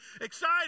excited